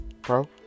Bro